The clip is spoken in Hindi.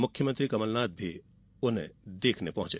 मुख्यमंत्री कमलनाथ भी उन्हें देखने पहुँचे